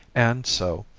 and so,